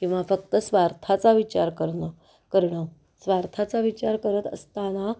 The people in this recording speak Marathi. किंवा फक्त स्वार्थाचा विचार करणं करणं स्वार्थाचा विचार करत असताना